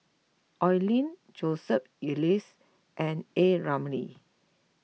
Oi Lin Joseph Elias and A Ramli